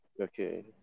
Okay